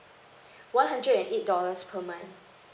one hundred and eight dollars per month